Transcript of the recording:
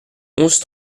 onze